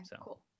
cool